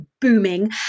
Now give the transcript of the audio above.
booming